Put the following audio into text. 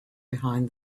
behind